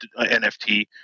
NFT